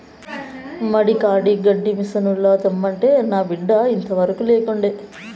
మడి కాడి గడ్డి మిసనుల తెమ్మంటే నా బిడ్డ ఇంతవరకూ లేకుండే